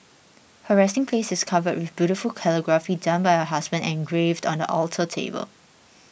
her resting place is covered with beautiful calligraphy done by her husband and engraved on the alter table